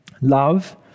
love